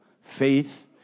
faith